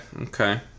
okay